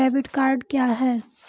Debit card क्या है?